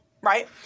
right